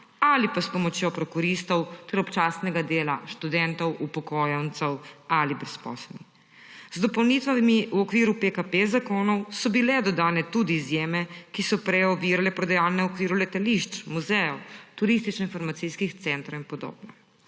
ali pa s pomočjo prokuristov ter občasnega dela študentov, upokojencev ali brezposelnih. Z dopolnitvami v okviru PKP-zakonov so bile dodane tudi izjeme, ki so prej ovirale prodajalne, v okviru letališč, muzejev, turističnoinformacijskih centrov in podobno.